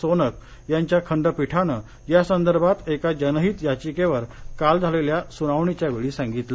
सोनक यांच्या खंडपीठानं यासंदर्भात एका जनहित याचिकेवर काल झालेल्या सुनावणीवेळी सांगितलं